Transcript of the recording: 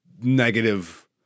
negative